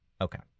Okay